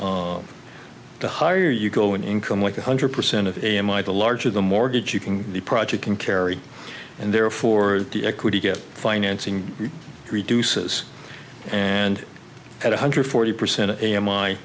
away the higher you go in income like one hundred percent of am i the larger the mortgage you can the project can carry and therefore the equity get financing reduces and at one hundred forty percent of